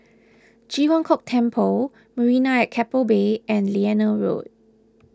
Ji Huang Kok Temple Marina at Keppel Bay and Liane Road